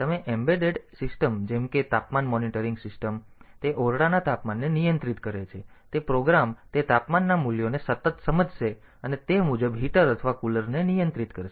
તેથી embedded systems જેમ કે તાપમાન મોનિટરિંગ સિસ્ટમ કહે છે તેથી તે ઓરડાના તાપમાનને નિયંત્રિત કરે છે જેથી તે પ્રોગ્રામ તે તાપમાનના મૂલ્યોને સતત સમજશે અને તે મુજબ હીટર અથવા કૂલરને નિયંત્રિત કરશે